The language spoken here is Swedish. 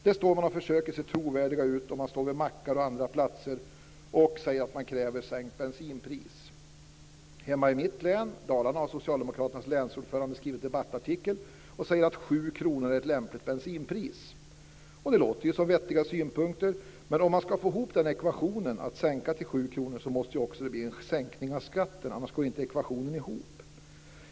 Där står man vid mackar och på andra platser och försöker se trovärdiga ut och säger att man kräver sänkt bensinpris. Hemma i mitt län, Dalarna, har socialdemokraternas länsordförande skrivit en debattartikel där han säger att 7 kr är ett lämpligt bensinpris. Det låter ju som vettiga synpunkter, men om man ska få ihop den ekvationen, att sänka till 7 kr, måste det också bli en sänkning av skatten. Annars går inte ekvationen ihop.